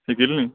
শিকিলি নি